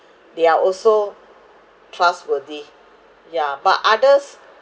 they are also trustworthy yeah but others